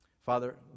Father